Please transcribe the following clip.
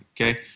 Okay